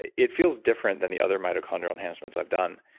it it feels different than the other mitochondrial enhancements i've done,